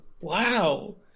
wow